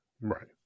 Right